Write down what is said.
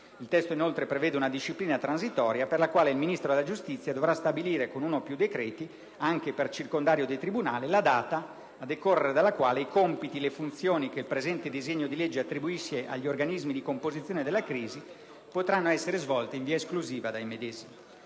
Il testo prevede infine una disciplina transitoria per la quale il Ministro della giustizia dovrà stabilire con uno o più decreti, anche per circondario di tribunale, la data a decorrere dalla quale i compiti e le funzioni che il presente disegno di legge attribuisce agli organismi di composizione della crisi potranno essere svolti in via esclusiva dai medesimi.